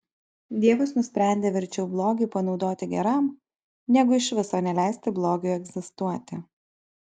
dievas nusprendė verčiau blogį panaudoti geram negu iš viso neleisti blogiui egzistuoti